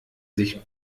sich